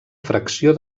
fracció